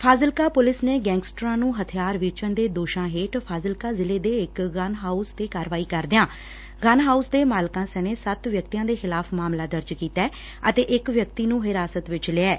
Fazilka police ਨੇ ਗੈਂਗਸਟਰਾਂ ਨੂੰ ਹਬਿਆਰ ਵੇਚਣ ਦੇ ਦੋਸ਼ਾਂ ਹੇਠ ਫਾਜ਼ਿਲਕਾ ਜ਼ਿਲੇ ਦੇ ਇਕ ਗੰਨ ਹਾਉਸ ਤੇ ਕਾਰਵਾਈ ਕਰਦਿਆਂ ਗੰਨ ਹਾਉਸ ਦੇ ਮਾਲਕਾਂ ਸਣੇ ਸਤ ਵਿਅਕਤੀਆਂ ਦੇ ਖਿਲਾਫ ਮਾਮਲਾ ਦਰਜ ਕੀਤੈ ਅਤੇ ਇਕ ਵਿਅਕਤੀ ਨੰ ਹਿਰਾਸਤ ਵਿਚ ਲਿਐ